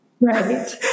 Right